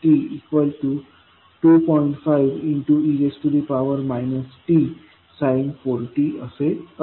5e tsin 4t असे असेल